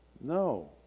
No